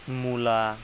मुला